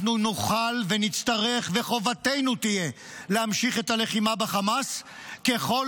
אנחנו נוכל ונצטרך וחובתנו תהיה להמשיך את הלחימה בחמאס ככל